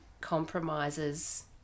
compromises